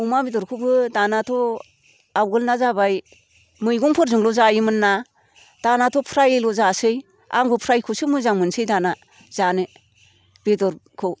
अमा बेदरखौबो दानाथ' आवगोलना जाबाय मैगंफोरजोंल' जायोमोन ना दानाथ' फ्रायल' जासै आंबो फ्रायखौसो मोजां मोनसै दाना जानो बेदरखौ